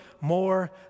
more